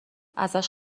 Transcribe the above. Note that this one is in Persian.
ازش